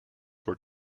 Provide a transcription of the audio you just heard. were